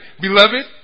Beloved